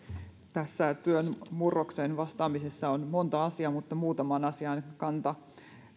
tässä työn murrokseen vastaamisessa on monta asiaa mutta muutamaan asiaan kanta